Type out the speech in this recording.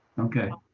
okay.